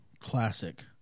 Classic